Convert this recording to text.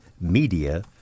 media